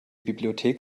bibliothek